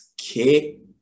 Kick